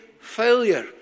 failure